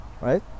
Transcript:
right